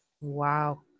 Wow